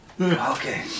Okay